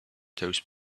those